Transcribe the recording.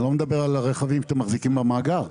אני לא מדבר על הרכבים שאתם מחזיקים במאגר.